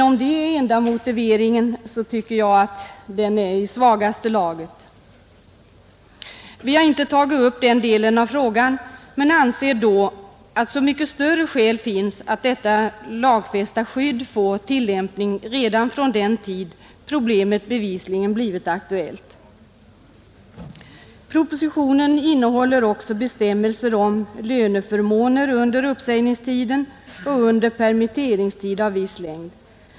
Om det är enda motiveringen tycker jag att den är i svagaste laget. Vi har inte tagit upp den delen av frågan men anser att så mycket större skäl i så fall finns att detta lagfästa skydd tillämpas redan från den tid då problemet bevisligen blivit aktuellt. Propositionen innehåller också bestämmelser om löneförmåner under uppsägningstiden och under permitteringstid av viss längd.